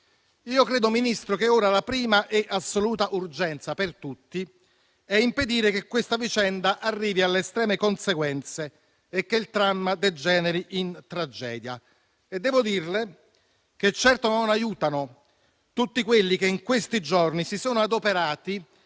Signor Ministro, credo che ora la prima e assoluta urgenza per tutti sia impedire che questa vicenda arrivi alle estreme conseguenze e che il dramma degeneri in tragedia. Devo dirle che certamente non aiutano tutti coloro che, in questi giorni, si sono adoperati